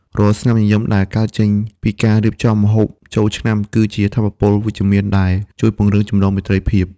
រាល់ស្នាមញញឹមដែលកើតចេញពីការរៀបចំម្ហូបចូលឆ្នាំ គឺជាថាមពលវិជ្ជមានដែលជួយពង្រឹងចំណងមេត្រីភាព។